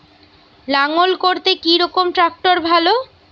লাঙ্গল করতে কি রকম ট্রাকটার ভালো?